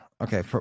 Okay